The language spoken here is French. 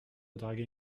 draguer